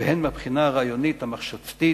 והן מהבחינה הרעיונית, המחשבתית,